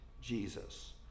Jesus